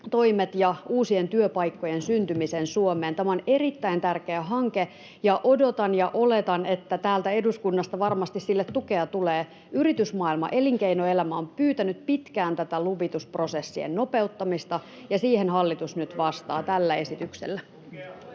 ja uusien työpaikkojen syntymisen Suomeen. Tämä on erittäin tärkeä hanke, ja odotan ja oletan, että täältä eduskunnasta varmasti sille tukea tulee. Yritysmaailma, elinkeinoelämä, on pyytänyt pitkään tätä luvitusprosessien nopeuttamista, ja siihen hallitus nyt vastaa tällä esityksellä.